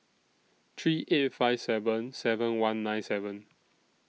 three eight five seven seven one nine seven